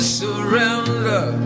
surrender